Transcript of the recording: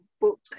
book